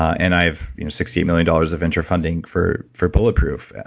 and i have you know sixty eight million dollars of venture funding for for bulletproof.